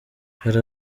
hari